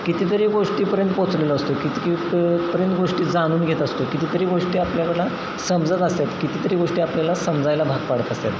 कितीतरी गोष्टीपर्यंत पोचलेलो असतो कितीकपर्यंत गोष्टी जाणून घेत असतो कितीतरी गोष्टी आपल्याकडला समजत असतात कितीतरी गोष्टी आपल्याला समजायला भाग पाडत असतात